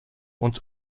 und